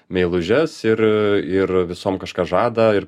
meilužes ir ir visom kažką žada ir